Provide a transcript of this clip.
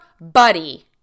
buddy